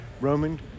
roman